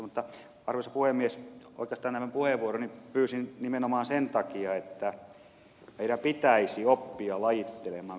mutta arvoisa puhemies oikeastaan tämän puheenvuoroni pyysin nimenomaan sen takia että meidän pitäisi oppia lajittelemaan mitä ed